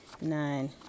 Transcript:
nine